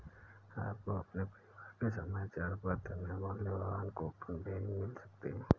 आपको अपने रविवार के समाचार पत्र में मूल्यवान कूपन भी मिल सकते हैं